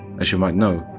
as you might know,